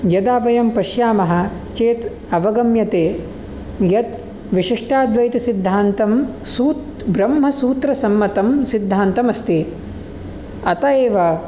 यदा वयं पश्यामः चेत् अवगम्यते यत् विशिष्टाद्वैतसिद्धान्तं सूत् ब्रह्मसूत्रसम्मतं सिद्धान्तमस्ति अत एव